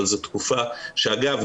אגב,